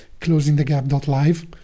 closingthegap.live